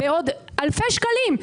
וזה באלפי שקלים.